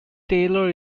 taylor